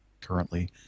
Currently